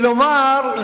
כלומר,